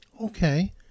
Okay